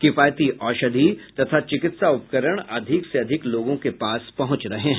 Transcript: किफायती औषधी तथा चिकित्सा उपकरण अधिक से अधिक लोगों के पास पहुंच रहे हैं